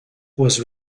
was